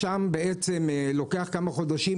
חולפים כמה חודשים,